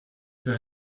für